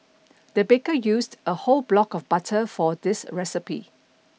the baker used a whole block of butter for this recipe